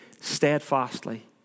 steadfastly